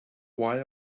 why